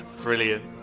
Brilliant